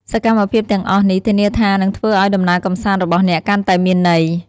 សកម្មភាពទាំងអស់នេះធានាថានឹងធ្វើឲ្យដំណើរកម្សាន្តរបស់អ្នកកាន់តែមានន័យ។